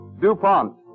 DuPont